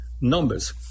numbers